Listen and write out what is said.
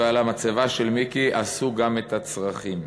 ועל המצבה של מיקי עשו גם את הצרכים.